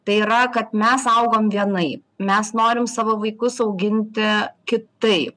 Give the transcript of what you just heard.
tai yra kad mes augom vienaip mes norim savo vaikus auginti kitaip